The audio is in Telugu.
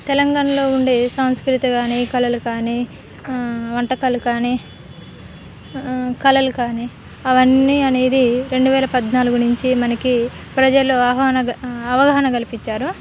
తెలంగాణలో ఉండే సాంస్కృతి కానీ కళలు కానీ వంటకాలు కానీ కళలు కానీ అవన్నీ అనేది రెండు వేల పద్నాలుగు నుంచి మనకి ప్రజలు అవగాహన కల్పించారు